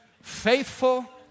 faithful